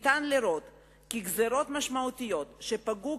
ניתן לראות כי גזירות משמעותיות שפגעו